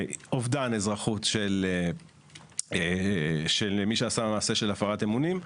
לאובדן אזרחות של מי שעשה מעשה של הפרת אמונים,